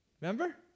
Remember